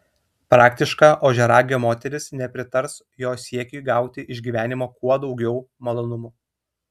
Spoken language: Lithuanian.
praktiška ožiaragio moteris nepritars jo siekiui gauti iš gyvenimo kuo daugiau malonumų